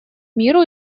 миру